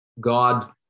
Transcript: God